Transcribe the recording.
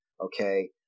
okay